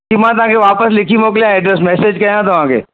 की मां तव्हां खे वापसि लिखी मोकिलियां एडरेस मैसेज कयां तव्हांखे